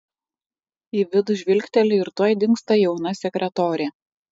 į vidų žvilgteli ir tuoj dingsta jauna sekretorė